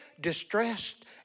distressed